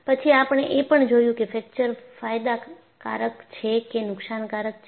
પછી આપણે એ પણ જોયું કે ફ્રેકચર ફાયદાકર્ક છે કે નુકશાનકારક છે